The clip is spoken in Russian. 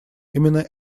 именно